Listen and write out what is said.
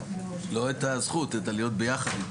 לא את הזכות; את הלהיות ביחד איתי.